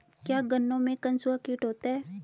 क्या गन्नों में कंसुआ कीट होता है?